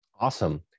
awesome